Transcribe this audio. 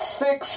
six